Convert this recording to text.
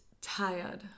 tired